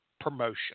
promotion